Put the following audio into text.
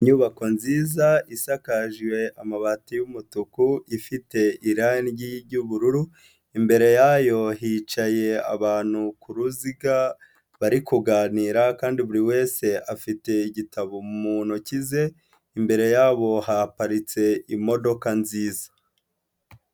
Inyubako nziza isakajwe amabati y'umutuku, ifite irangi ry'ubururu, imbere yayo hicaye abantu ku ruziga bari kuganira, kandi buri wese afite igitabo mu ntoki ze, imbere yabo haparitse imodoka nziza.